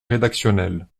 rédactionnelle